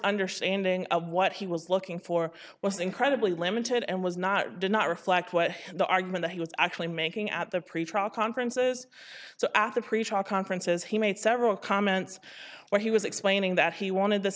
understanding of what he was looking for was incredibly limited and was not did not reflect what the argument he was actually making at the pretrial conferences so after preacha conferences he made several comments where he was explaining that he wanted this